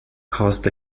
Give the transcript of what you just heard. caused